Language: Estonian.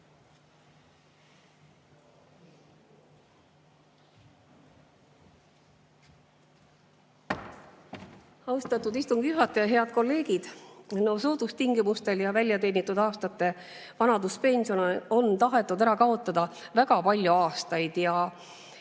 Austatud istungi juhataja! Head kolleegid! Soodustingimustel ja väljateenitud aastate vanaduspensioni on tahetud ära kaotada väga palju aastaid ja